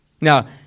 Now